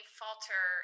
falter